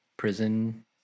prison